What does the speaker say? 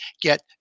get